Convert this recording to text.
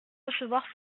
recevoir